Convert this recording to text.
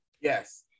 yes